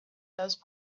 those